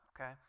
okay